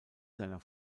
seiner